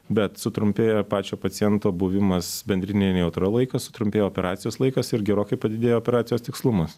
bet sutrumpėja pačio paciento buvimas bendrinė nejautra laikas sutrumpėjo operacijos laikas ir gerokai padidėjo operacijos tikslumas